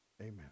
amen